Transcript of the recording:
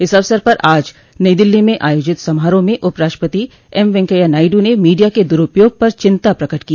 इस अवसर पर आज नई दिल्ली म आयोजित समारोह में उपराष्ट्रपति एम वेंकैया नायड् ने मीडिया के द्रूपयोग पर चिंता प्रकट की